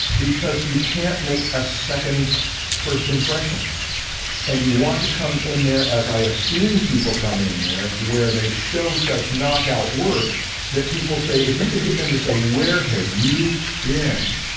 because you can't make a second first impression and you want to come in there as i have seen people come in there where they show such knockout work that people say if you can get them to say where have you been!